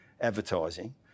advertising